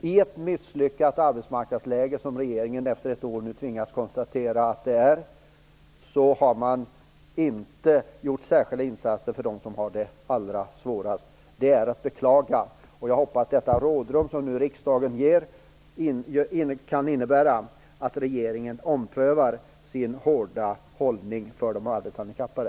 I ett misslyckat arbetsmarknadsläge - det tvingas regeringen nu konstatera efter ett år - har man inte gjort särskilda insatser för dem som har det allra svårast. Det är att beklaga. Jag hoppas att det rådrum som riksdagen nu ger kan innebära att regeringen omprövar sin hårda hållning mot de arbetshandikappade.